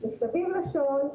מסביב לשעון,